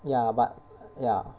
ya but ya